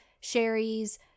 Sherry's